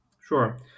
Sure